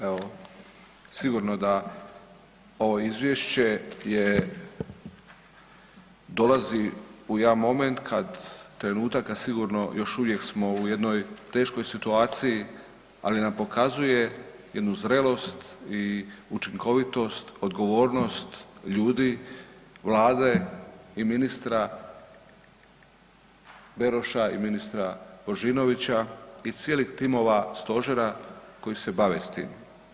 Evo sigurno da ovo izvješće dolazi u jedan momenta kad trenutak, a sigurno još uvijek smo u jednoj teškoj situaciji, ali nam pokazuje jednu zrelost i učinkovitost, odgovornost ljudi, Vlade i ministra Beroša i ministra Božinovića i cijelih timova stožera koji se bave s tim.